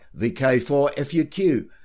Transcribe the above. VK4FUQ